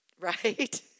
right